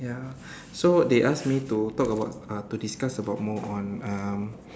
ya so they ask me to talk about uh to discuss about more on um